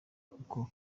kuko